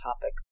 topic